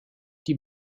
die